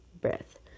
breath